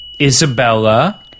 Isabella